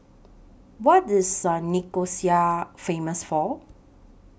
What IS Nicosia Famous For